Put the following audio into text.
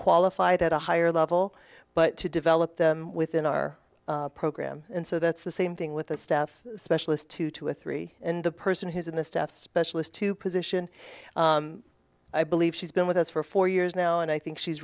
qualified at a higher level but to develop them within our program and so that's the same thing with a staff specialist two two or three and the person who's in the staff specialist to position i believe she's been with us for four years now and i think she's